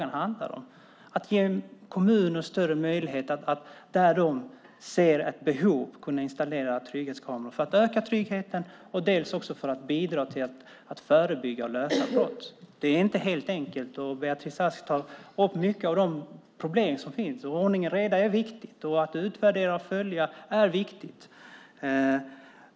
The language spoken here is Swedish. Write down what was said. Den handlar om att ge kommuner större möjlighet att installera trygghetskameror där de ser ett behov. Det ökar tryggheten och det bidrar till att förebygga och lösa brott. Det är inte helt enkelt. Beatrice Ask tar upp mycket av de problem som finns. Ordning och reda är viktigt. Att utvärdera och följa är viktigt.